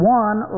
one